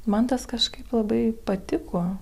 man tas kažkaip labai patiko